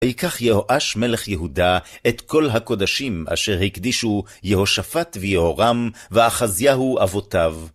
וייקח יהואש מלך יהודה את כל הקודשים אשר הקדישו יהושפט ויהורם ואחזיהו אבותיו.